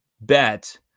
bet